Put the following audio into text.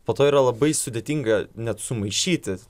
po to yra labai sudėtinga net sumaišyti